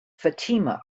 fatima